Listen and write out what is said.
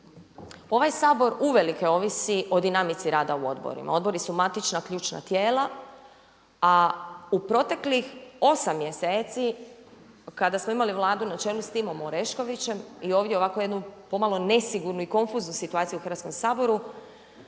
Ovaj Sabor uvelike ovisi o dinamici rada u odborima. Odbori su matična, ključna tijela a u proteklih 8 mjeseci kada smo imali Vladu na čelu sa Timom Oreškovićem i ovdje ovako jednu pomalo nesigurnu i konfuznu situaciju u Hrvatskom saboru,